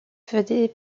faisait